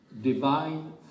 divine